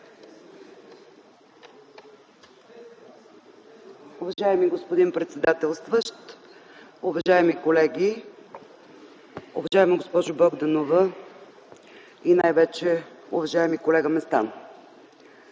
Уважаеми господин председателстващ, уважаеми колеги, уважаема госпожо Богданова, и най - вече, уважаеми колега Местан!